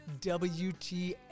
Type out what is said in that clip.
WTF